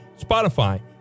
Spotify